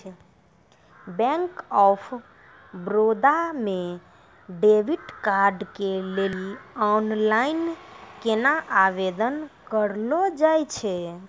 Bank of Baroda मे debit card के लेली आनलाइन केना आवेदन करलो जाय छै?